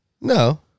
No